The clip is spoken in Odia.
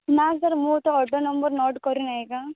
ନାଁ ସାର୍ ମୁଁ ତ ଅଟୋ ନମ୍ବର ନୋଟ୍ କରି ନେଇଁକା